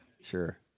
Sure